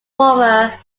former